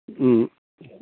ഉം